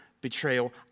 betrayal